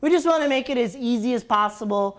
we just want to make it is easy as possible